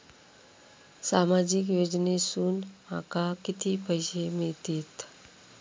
सामाजिक योजनेसून माका किती पैशे मिळतीत?